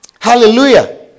Hallelujah